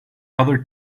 other